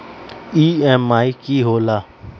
EMI की होला?